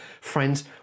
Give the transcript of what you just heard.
friends